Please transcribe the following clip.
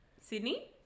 Sydney